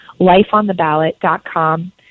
lifeontheballot.com